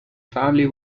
family